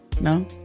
No